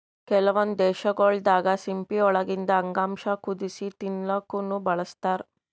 ಕೆಲವೊಂದ್ ದೇಶಗೊಳ್ ದಾಗಾ ಸಿಂಪಿ ಒಳಗಿಂದ್ ಅಂಗಾಂಶ ಕುದಸಿ ತಿಲ್ಲಾಕ್ನು ಬಳಸ್ತಾರ್